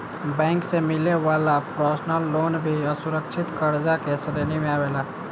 bank से मिले वाला पर्सनल लोन भी असुरक्षित कर्जा के श्रेणी में आवेला